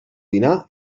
dinar